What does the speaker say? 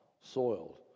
soiled